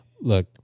Look